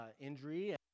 injury